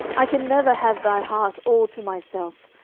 i can never have thy heart all to myself,